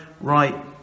right